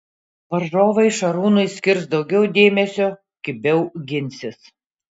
varžovai šarūnui skirs daugiau dėmesio kibiau ginsis